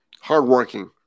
Hardworking